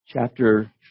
Chapter